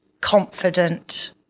confident